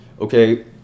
Okay